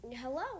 Hello